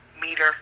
meter